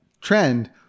trend